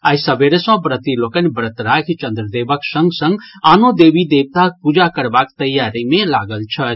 आइ सबेरे सँ व्रती लोकनि व्रत राखि चंद्रदेवक संग संग आनो देवी देवताक पूजा करबाक तैयारी मे लागल छथि